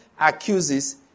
accuses